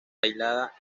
aislada